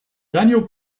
daniel